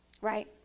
right